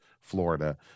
Florida